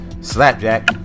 Slapjack